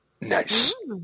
Nice